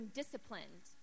disciplined